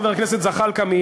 חבר הכנסת זחאלקה,